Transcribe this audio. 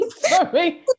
sorry